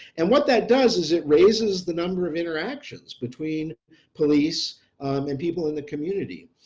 and what that does is it raises the number of interactions between police and people in the community,